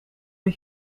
dat